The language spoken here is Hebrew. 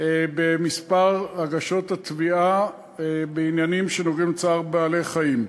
במספר הגשות התביעות בעניינים שנוגעים לצער בעלי-חיים.